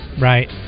Right